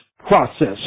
process